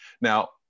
Now